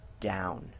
down